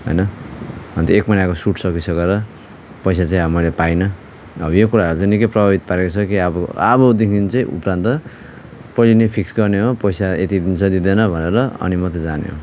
होइन अन्त एक महिनाको सुट सकिसकेर पैसा चाहिँ अब मैले पाइनँ अब यो कुराहरू चाहिँ निकै प्रभावित पारेको छ कि अब अबदेखि चाहिँ उपरान्त पहिल्यै नै फिक्स गर्ने हो पैसा यति दिन्छ दिँदैन भनेर अनि मात्रै जाने हो